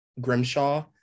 Grimshaw